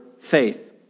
faith